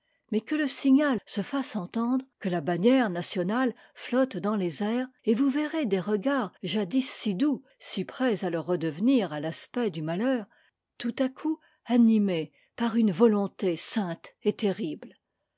mais que le signal se fasse entendre que la bannière nationale flotte dans les airs et vous verrez des regards jadis si doux si prêts à le redevenir à l'aspect du malheur tout à coup animés par une volonté sainte et terrible